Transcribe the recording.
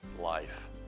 life